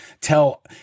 tell